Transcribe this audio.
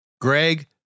Greg